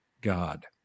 God